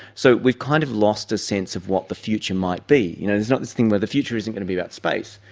so we kind of lost a sense of what the future might be. you know there's this thing where the future isn't going to be about space,